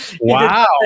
Wow